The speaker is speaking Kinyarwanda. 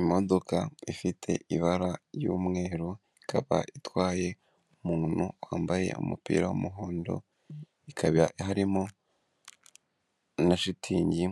Imodoka ifite ibara ry'umweru, ikaba itwaye umuntu wambaye umupira w'umuhondo, ikaba harimo na shitingi,